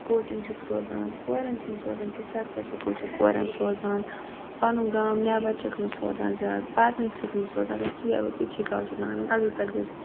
coaching چِھک سوزان کورٮ۪ن چھِ نہٕ سوزان کیٚنٛہہ سَرکٲر سکول چھِ کورٮ۪ن سوزان پَنُن گام نٮ۪بر چھِک نہٕ سوزان زیادٕ پَرنہِ چھِک نہٕ سوزان ییٚلہِ ژیر گوٚو تِتسٕے کال چِھک ونان پَگہٕے پٮ۪ٹھ گٔزِیو نہٕ